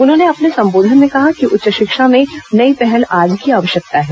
उन्होंने अपने संबोधन में कहा कि उच्च शिक्षा में नई पहल आज की आवश्यकता है